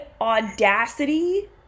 audacity